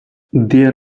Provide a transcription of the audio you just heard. there